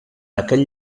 aquell